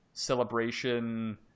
celebration